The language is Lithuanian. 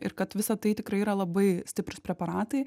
ir kad visa tai tikrai yra labai stiprūs preparatai